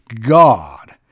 God